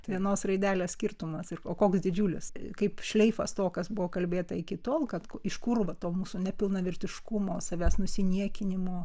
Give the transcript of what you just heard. vienos raidelės skirtumas ir o koks didžiulis kaip šleifas to kas buvo kalbėta iki tol kad iš kur va to mūsų nepilnavertiškumo savęs nusiniekinimo